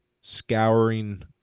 scouring